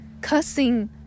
cussing